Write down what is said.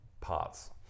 parts